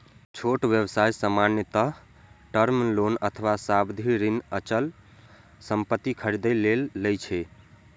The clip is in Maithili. छोट व्यवसाय सामान्यतः टर्म लोन अथवा सावधि ऋण अचल संपत्ति खरीदै लेल लए छै